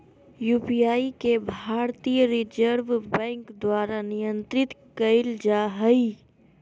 UPI के भारतीय reserve bank द्वारा नियंत्रित कइल जा हइ